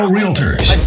Realtors